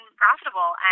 profitable